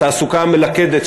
התעסוקה המלכדת,